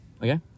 Okay